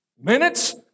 minutes